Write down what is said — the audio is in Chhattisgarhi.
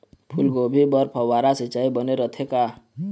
फूलगोभी बर फव्वारा सिचाई बने रथे का?